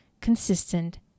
consistent